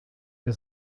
wir